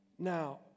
Now